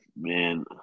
man